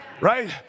Right